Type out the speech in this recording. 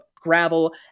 gravel